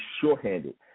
shorthanded